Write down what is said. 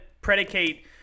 predicate